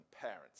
parents